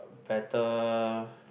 better